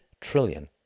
trillion